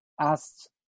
asked